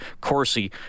Corsi